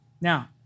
now